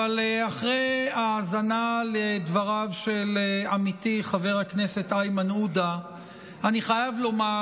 אבל אחרי האזנה לדבריו של עמיתי חבר הכנסת איימן עודה אני חייב לומר,